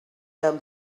them